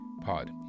pod